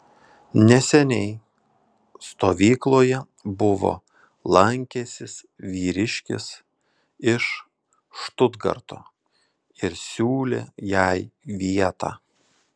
neseniai stovykloje buvo lankęsis vyriškis iš štutgarto ir siūlė jai vietą